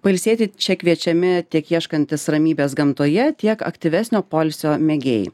pailsėti čia kviečiami tiek ieškantys ramybės gamtoje tiek aktyvesnio poilsio mėgėjai